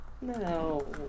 No